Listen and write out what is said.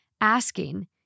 asking